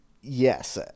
yes